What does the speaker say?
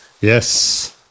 Yes